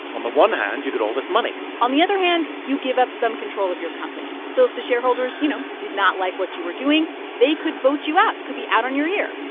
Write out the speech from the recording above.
on the one hand, you get all this money on the other hand, you give up some control of your company so if the shareholders, you know, did not like what you were doing, they could vote you out. you could be out on your ear.